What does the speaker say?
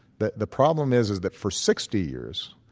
the the problem is is that for sixty years,